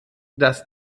dass